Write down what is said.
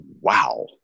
Wow